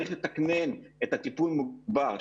צריך לתקנן את הטיפול המוגבר,